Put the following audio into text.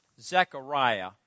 Zechariah